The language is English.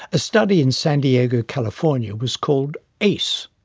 study in san diego california was called ace,